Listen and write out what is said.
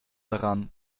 daran